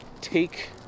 take